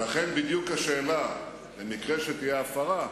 ואכן, בדיוק השאלה: במקרה שתהיה הפרה,